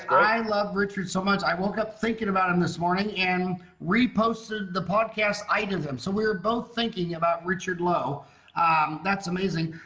i love richard so much i woke up thinking about him this morning and reposted the podcast i to them so we're both thinking about richard lowe that's amazing